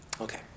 Okay